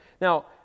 Now